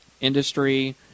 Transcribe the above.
industry